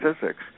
physics